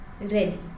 ready